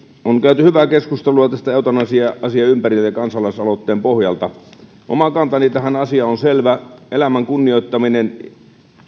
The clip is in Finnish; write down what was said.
on käyty hyvää keskustelua eutanasia asian ympärillä ja kansalaisaloitteen pohjalta oma kantani tähän asiaan on selvä elämän kunnioittaminen